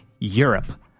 Europe